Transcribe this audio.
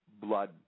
Blood